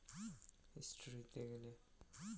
কিভাবে আমি KYC status দেখতে পারবো?